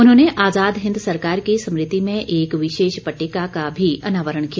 उन्होंने आजाद हिन्द सरकार की स्मृति में एक विशेष पट्टिका का भी अनावरण किया